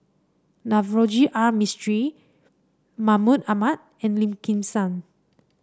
Navroji R Mistri Mahmud Ahmad and Lim Kim San